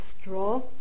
straw